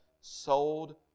sold